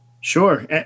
Sure